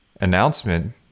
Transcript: announcement